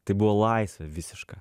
tai buvo laisvė visiška